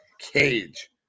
cage